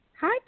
Hi